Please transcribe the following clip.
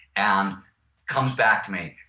and comes back to me.